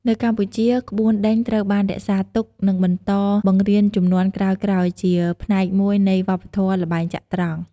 នៅកម្ពុជា ក្បួនដេញត្រូវបានរក្សាទុក និងបន្តបង្រៀនជំនាន់ក្រោយៗ ជាផ្នែកមួយនៃវប្បធម៌ល្បែងចត្រង្គ។